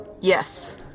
Yes